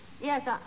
Yes